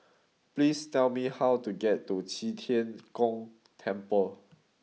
please tell me how to get to Qi Tian Gong Temple